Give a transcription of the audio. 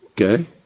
Okay